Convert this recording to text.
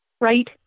Right